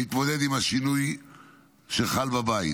להתמודד עם השינוי שחל בבית.